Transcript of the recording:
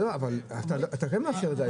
אתה כן מאפשר את זה.